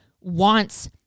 wants